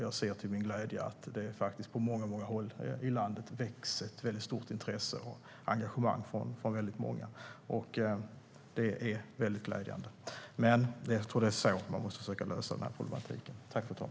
Jag ser till min glädje att det på många håll i landet har väckts ett stort intresse och engagemang från många i denna fråga. Det är glädjande. Det är så problemet får lösas.